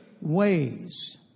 ways